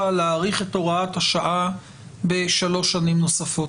להאריך את הוראת השעה בשלוש שנים נוספות.